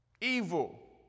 Evil